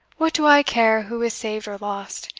what do i care who is saved or lost?